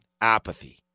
apathy